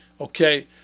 Okay